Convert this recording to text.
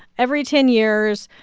every ten years,